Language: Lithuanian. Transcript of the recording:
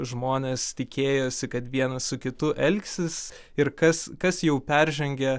žmonės tikėjosi kad vienas su kitu elgsis ir kas kas jau peržengia